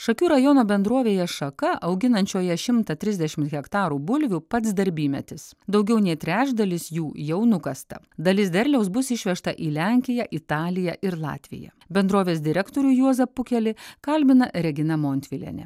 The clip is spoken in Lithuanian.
šakių rajono bendrovėje šaka auginančioje šimtą trisdešimt hektarų bulvių pats darbymetis daugiau nei trečdalis jų jau nukasta dalis derliaus bus išvežta į lenkiją italiją ir latviją bendrovės direktorių juozą pukelį kalbina regina montvilienė